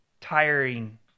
tiring